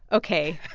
ok.